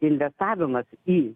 investavimas į